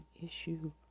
issue